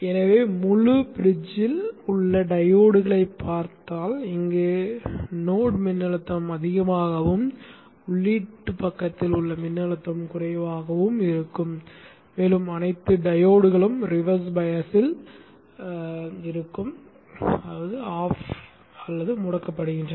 எனவே முழுப் பிரிட்ஜில் உள்ள டையோட்களைப் பார்த்தால் இங்கு நோட் மின்னழுத்தம் அதிகமாகவும் உள்ளீடு பக்கத்தில் உள்ள மின்னழுத்தம் குறைவாகவும் இருக்கும் மேலும் அனைத்து டையோட்களும் ரிவர்ஸ் பயஸில் முடக்கப்படுகின்றன